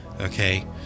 okay